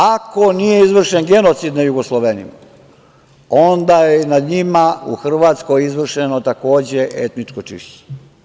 Ako nije izvršen genocid nad Jugoslovenima, onda je nad njima u Hrvatskoj izvršeno takođe etničko čišćenje.